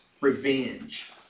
revenge